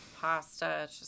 Pasta